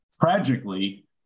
Tragically